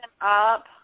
up